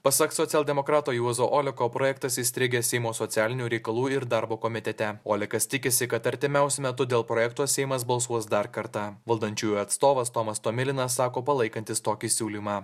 pasak socialdemokrato juozo oleko projektas įstrigęs seimo socialinių reikalų ir darbo komitete olekas tikisi kad artimiausiu metu dėl projekto seimas balsuos dar kartą valdančiųjų atstovas tomas tomilinas sako palaikantis tokį siūlymą